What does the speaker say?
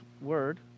word